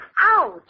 Ouch